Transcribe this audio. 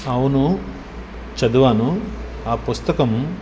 అవును చదివాను ఆ పుస్తకము